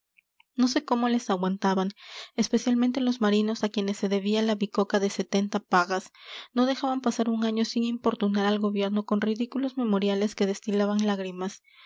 no sé cómo les aguantaban especialmente los marinos a quienes se debía la bicoca de setenta pagas no dejaban pasar un año sin